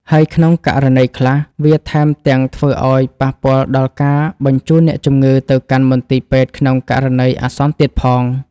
ហើយក្នុងករណីខ្លះ វាថែមទាំងធ្វើឱ្យប៉ះពាល់ដល់ការបញ្ជូនអ្នកជំងឺទៅកាន់មន្ទីរពេទ្យក្នុងករណីអាសន្នទៀតផង។